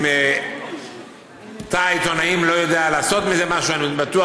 אם תא העיתונאים לא יודע לעשות מזה משהו אני בטוח